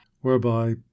whereby